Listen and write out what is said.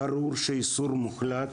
ברור שאיסור מוחלט,